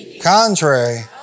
contrary